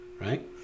right